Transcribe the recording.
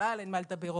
שבכלל אין מה לדבר,